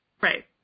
right